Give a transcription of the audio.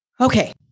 Okay